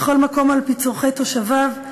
בכל מקום על-פי צורכי תושביו,